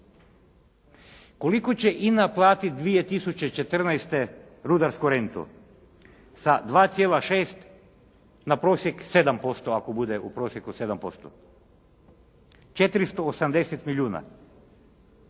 Koliko će INA platiti 2014. rudarsku rentu? Sa 2,6 na prosjek 7% ako bude u prosjeku 7%? 480 milijuna.